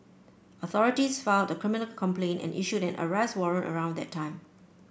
authorities filed the criminal complaint and issued an arrest warrant around that time